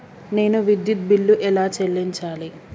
నేను విద్యుత్ బిల్లు ఎలా చెల్లించాలి?